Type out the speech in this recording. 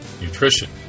nutrition